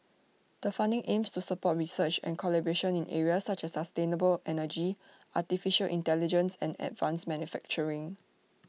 the funding aims to support research and collaboration in areas such as sustainable energy Artificial Intelligence and advanced manufacturing